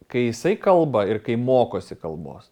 kai jisai kalba ir kai mokosi kalbos